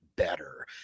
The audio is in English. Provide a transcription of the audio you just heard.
better